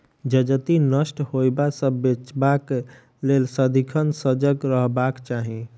जजति नष्ट होयबा सँ बचेबाक लेल सदिखन सजग रहबाक चाही